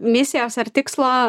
misijos ar tikslo